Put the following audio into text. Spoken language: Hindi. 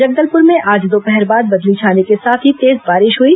जगदलपुर में आज दोपहर बाद बदली छाने के साथ ही तेज बारिश हुई